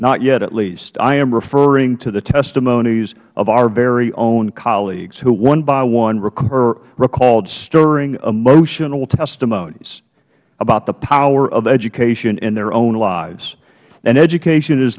not yet at least i am referring to the testimonies of our very own colleagues who one by one recalled stirring emotional testimonies about the power of education in their own lives an education is